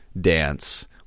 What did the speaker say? dance